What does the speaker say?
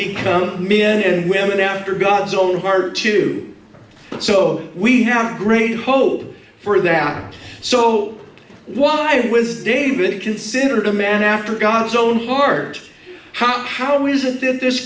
become men and women after god's own heart too so we have great hope for that so why was david considered a man after god's own heart how how isn't it this